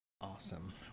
Awesome